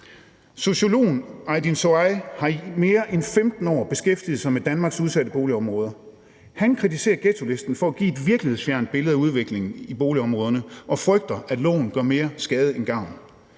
Sociologen Aydin Soei har i mere end 15 år beskæftiget sig med Danmarks udsatte boligområder. Han kritiserer ghettolisten for at give et virkelighedsfjernt billede af udviklingen i boligområderne og frygter, at loven gør mere skade end gavn.